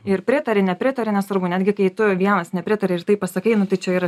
ir pritari nepritari nesvarbu netgi kai tu vienas nepritari ir taip pasakai nu tai čia yra